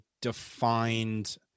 defined